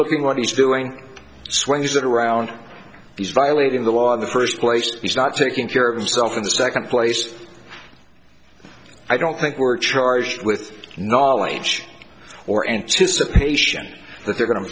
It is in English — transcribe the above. looking what he's doing swings that around he's violating the law in the first place he's not taking care of himself in the second place i don't think we're charged with knowledge or anticipation that they're going to